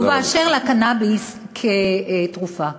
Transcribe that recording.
ובאשר לקנאביס כתרופה,